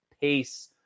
pace